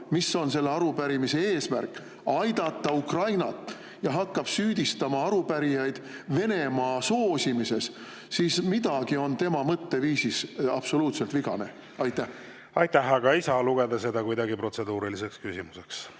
mis on selle arupärimise eesmärk – aidata Ukrainat – ja hakkab süüdistama arupärijaid Venemaa soosimises, siis on midagi tema mõtteviisis absoluutselt vigane. Aitäh! Aga ma ei saa lugeda seda kuidagi protseduuriliseks küsimuseks.